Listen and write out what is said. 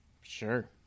Sure